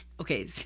okay